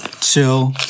Chill